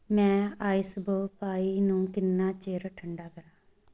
ਮੈਂ ਆਈਸਬੋ ਪਾਈ ਨੂੰ ਕਿੰਨਾ ਚਿਰ ਠੰਢਾ ਕਰਾਂ